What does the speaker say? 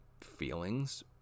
feelings